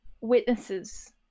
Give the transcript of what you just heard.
witnesses